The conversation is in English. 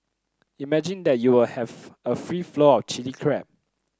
imagine that you will have a free flow of Chilli Crab